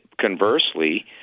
conversely